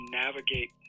navigate